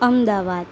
Ahmedabad